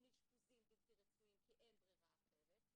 לאשפוזים בלתי רצויים כי אין ברירה אחרת,